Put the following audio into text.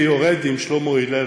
אני יורד עם שלמה הלל,